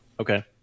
Okay